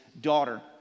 daughter